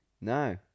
No